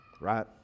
Right